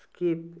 skip